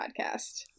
podcast